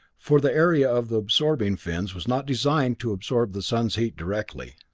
for the area of the absorbing fins was not designed to absorb the sun's heat directly,